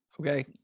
Okay